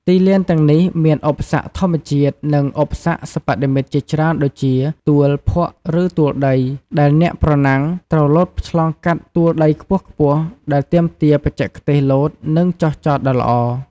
ទីលានទាំងនេះមានឧបសគ្គធម្មជាតិ និងឧបសគ្គសិប្បនិម្មិតជាច្រើនដូចជា ទួលភក់ឬទួលដី ដែលអ្នកប្រណាំងត្រូវលោតឆ្លងកាត់ទួលដីខ្ពស់ៗដែលទាមទារបច្ចេកទេសលោត និងចុះចតដ៏ល្អ។